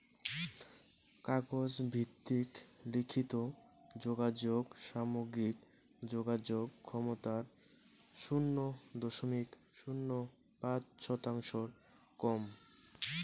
কাগজ ভিত্তিক লিখিত যোগাযোগ সামগ্রিক যোগাযোগ ক্ষমতার শুন্য দশমিক শূন্য পাঁচ শতাংশর কম